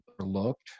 overlooked